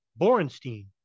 Borenstein